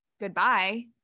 Goodbye